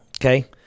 Okay